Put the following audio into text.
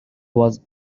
was